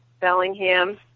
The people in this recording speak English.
Bellingham